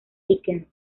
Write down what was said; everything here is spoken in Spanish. dickens